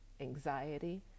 anxiety